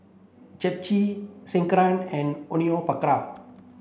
Japchae Sekihan and Onion Pakora